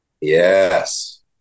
yes